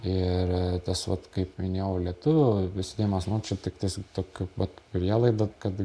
ir tas vat kaip minėjau lietuvių prisidėjimas man čia tiktais tokia pat prielaida kad